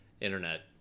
internet